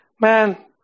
man